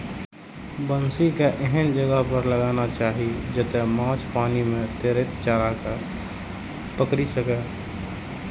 बंसी कें एहन जगह पर लगाना चाही, जतय माछ पानि मे तैरैत चारा कें पकड़ि सकय